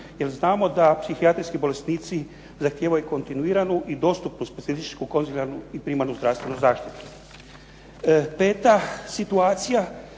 jer znamo da psihijatrijski bolesnici zahtijevaju kontinuiranu i dostupnu specifičnu konzilijarnu i primarnu zdravstvenu zaštitu. Peta situacija